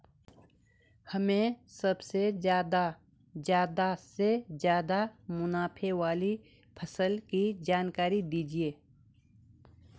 हमें सबसे ज़्यादा से ज़्यादा मुनाफे वाली फसल की जानकारी दीजिए